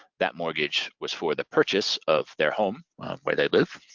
that mortgage was for the purchase of their home where they live.